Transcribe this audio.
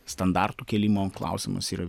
standartų kėlimo klausimas yra